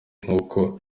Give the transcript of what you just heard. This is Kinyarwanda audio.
nkuko